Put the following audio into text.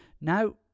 Now